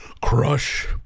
crush